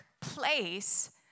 place